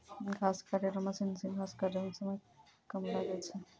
घास काटै रो मशीन से घास काटै मे समय कम लागै छै